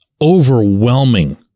overwhelming